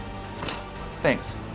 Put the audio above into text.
Thanks